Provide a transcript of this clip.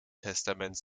testaments